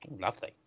lovely